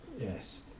yes